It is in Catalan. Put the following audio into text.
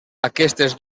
aquestes